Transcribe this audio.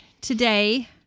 today